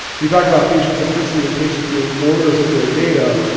we talk about patient centricity and patient being owners of their data.